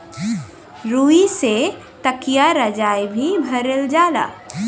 रुई से तकिया रजाई भी भरल जाला